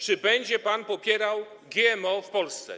Czy będzie pan popierał GMO w Polsce?